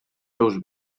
seus